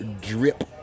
Drip